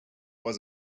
was